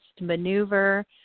maneuver